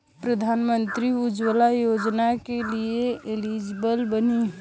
प्रधानमंत्री उज्जवला योजना के लिए एलिजिबल बानी?